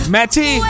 Matty